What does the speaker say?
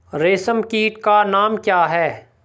रेशम कीट का नाम क्या है?